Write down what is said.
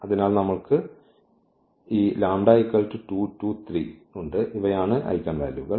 അതിനാൽ നമ്മൾക്ക് ഈ λ 2 2 3 ഉണ്ട് ഇവയാണ് ഐഗൻവാല്യൂകൾ